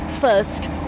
first